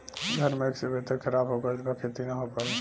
घन मेघ से वेदर ख़राब हो गइल बा खेती न हो पाई